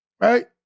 right